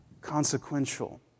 consequential